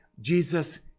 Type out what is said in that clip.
Jesus